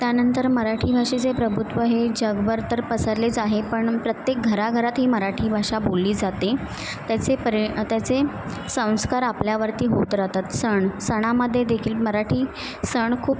त्यानंतर मराठी भाषेचे प्रभुत्व हे जगभर तर पसरलेच आहे पण प्रत्येक घराघरातही मराठी भाषा बोलली जाते त्याचे परि त्याचे संस्कार आपल्यावरती होत राहतात सण सणामध्ये देखील मराठी सण खूप